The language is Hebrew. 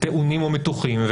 טעונים ומתוחים,